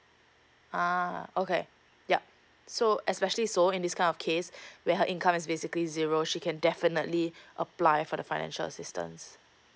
uh okay yup so especially so in this kind of case where her income is basically zero she can definitely apply for the financial assistance